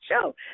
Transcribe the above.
show